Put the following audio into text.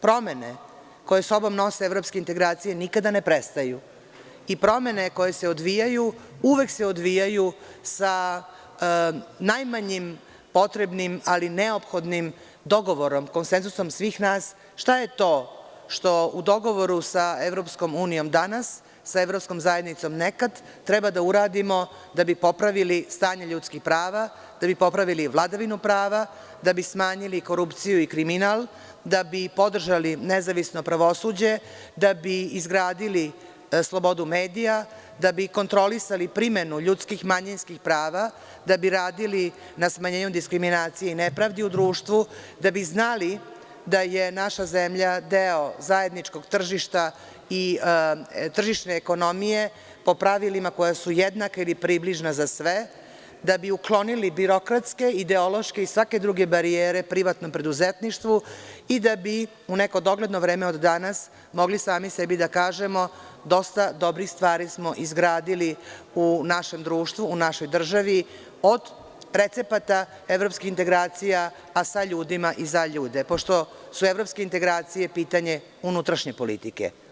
Promene koje sa sobom nose evropske integracije nikada ne prestaju i promene koje se odvijaju, uvek se odvijaju sa najmanjim potrebnim, ali neophodnim dogovorom, konsenzusom svih nas, šta je što u dogovoru sa EU danas, sa Evropskom zajednicom nekad, treba da uradimo da bi popravili stanje ljudskih prava, da bi popravili vladavinu prava, da bi smanjili korupciju i kriminal, da bi podržali nezavisno pravosuđe, da bi izgradili slobodu medija, da bi kontrolisali primenu ljudskih i manjinskih prava, da bi radili na smanjenju diskriminacije i nepravdi u društvu, da bi znali da je naša zemlja deo zajedničkog tržišta i tržišne ekonomije, po pravilima koja su jednaka ili približna za sve, da bi uklonili birokratske, ideološke i svake druge barijere privatnom preduzetništvu i da bi u neko dogledno vreme od danas, mogli sami sebi da kažemo – dosta dobrih stvari smo izgradili u našem društvu, u našoj državi od recepata evropskih integracija, a sa ljudima i za ljude, pošto su evropske integracije pitanje unutrašnje politike.